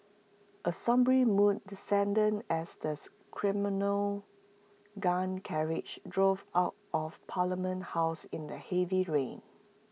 A sombre mood descended as the ceremonial gun carriage drove out of parliament house in the heavy rain